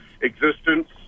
existence